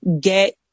get